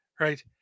right